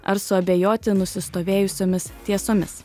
ar suabejoti nusistovėjusiomis tiesomis